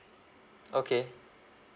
okay